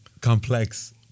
complex